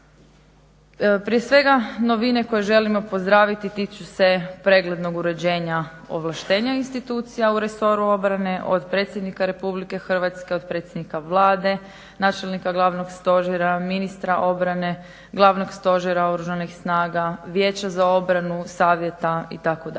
Prije svega novine koje želimo pozdraviti tiču se preglednog uređenja ovlaštenja institucija u resoru obrane od predsjednika RH, od predsjednika Vlade, načelnika Glavnog stožera, ministra obrane, Glavnog stožera Oružanih snaga, Vijeća za obranu, savjeta itd.